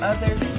Others